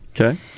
Okay